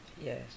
Yes